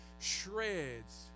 shreds